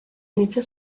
inizia